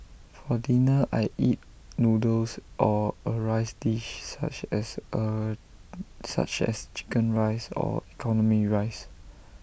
for dinner I eat noodles or A rice dish such as A such as Chicken Rice or economy rice